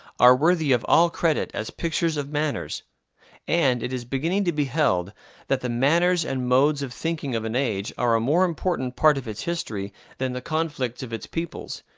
are worthy of all credit as pictures of manners and it is beginning to be held that the manners and modes of thinking of an age are a more important part of its history than the conflicts of its peoples,